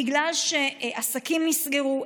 בגלל שעסקים נסגרו,